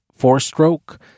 four-stroke